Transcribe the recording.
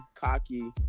cocky